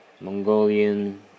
mongolian